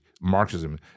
Marxism